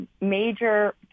major